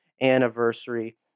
anniversary